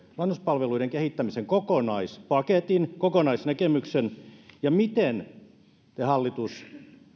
vanhuspalveluiden kehittämisen kokonaispaketin kokonaisnäkemyksen ja miten te hallitus